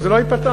זה לא ייפתח.